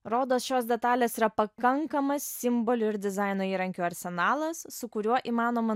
rodos šios detalės yra pakankamas simbolių ir dizaino įrankių arsenalas su kuriuo įmanoma